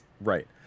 right